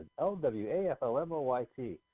L-W-A-F-L-M-O-Y-T